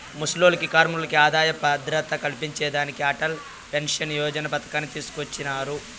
ముసలోల్లకి, కార్మికులకి ఆదాయ భద్రత కల్పించేదానికి అటల్ పెన్సన్ యోజన పతకాన్ని తీసుకొచ్చినారు